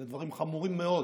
אלה דברים חמורים מאוד